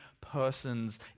persons